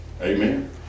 Amen